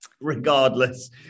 Regardless